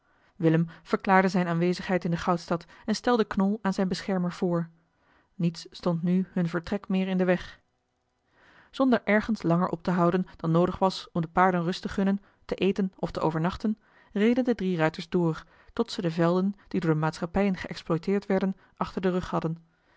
willem verklaarde zijne aanwezigheid in de goudstad en stelde knol aan zijn beschermer voor niets stond nu hun vertrek meer in den weg zonder ergens langer op te houden dan noodig was om de paarden rust te gunnen te eten ofte overnachten reden de drie ruiters door tot ze de velden die door maatschappijen geëxploiteerd werden achter den rug hadden